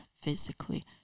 physically